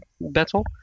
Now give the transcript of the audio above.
battle